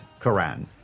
Quran